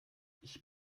ich